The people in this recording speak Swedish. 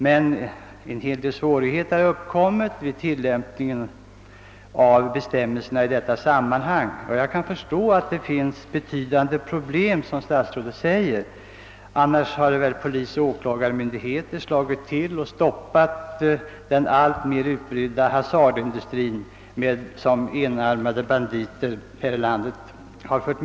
Men en hel del svårigheter har uppkommit vid tillämpningen av bestämmelserna i dessa sammanhang. Jag kan förstå att det, som statsrådet säger, finns betydande problem, ty annars hade väl polis och åklagarmyndigheter slagit till och stoppat den alltmer utbredda hasardindustri som »enarmade banditer» har medfört här i landet.